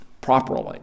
properly